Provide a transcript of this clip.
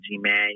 man